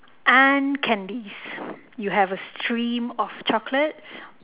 and candies you have a stream of chocolates